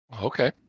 okay